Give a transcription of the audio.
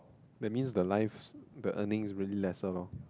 that means the life's the earning is really lesser lor